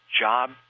job